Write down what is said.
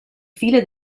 file